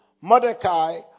Mordecai